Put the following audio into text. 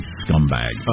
scumbag